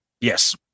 Yes